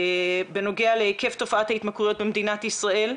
בנוגע להיקף תופעת ההתמכרויות במדינה ישראל,